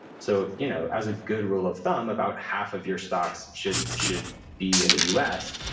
so you know as a good rule of thumb, about half of your stocks should should be in the u s.